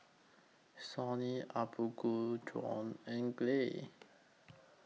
Sony Apgujeong and Gelare